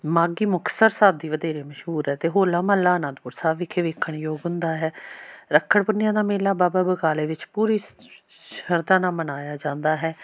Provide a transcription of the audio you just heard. ਮਾਘੀ ਮੁਕਤਸਰ ਸਾਹਿਬ ਦੀ ਵਧੇਰੇ ਮਸ਼ਹੂਰ ਹੈ ਅਤੇ ਹੋਲਾ ਮਹੱਲਾ ਆਨੰਦਪੁਰ ਸਾਹਿਬ ਵਿਖੇ ਵੇਖਣ ਯੋਗ ਹੁੰਦਾ ਹੈ ਰੱਖੜ ਪੁੰਨਿਆ ਦਾ ਮੇਲਾ ਬਾਬਾ ਬਕਾਲੇ ਵਿੱਚ ਪੂਰੀ ਸ਼ਰਧਾ ਨਾਲ਼ ਮਨਾਇਆ ਜਾਂਦਾ ਹੈ